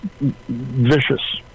vicious